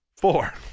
Four